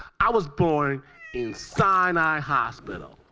i was born in sinai hospital.